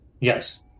Yes